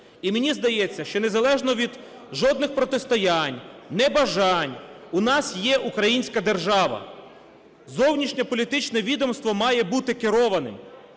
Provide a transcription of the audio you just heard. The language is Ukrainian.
І мені здається, що, незалежно від жодних протистоянь, небажань, у нас є українська держава, зовнішньополітичне відомство має бути керованим,